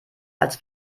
als